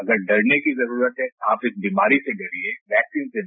अगर डरने की जरूरत है आप इस बीमारी से डरिए वैक्सीन से नहीं